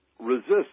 resist